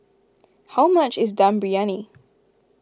how much is Dum Briyani